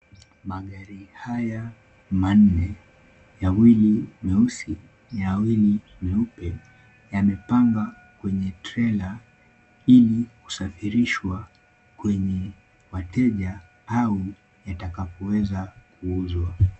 Magari haya manne, mawili meusi, mawili meupe yamepangwa kwenye trailer ili kusafirishwa kwenye wateja au yatakapoweza kuuzwa.